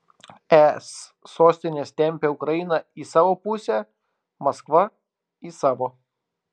es sostinės tempia ukrainą į savo pusę maskva į savo